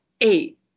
eight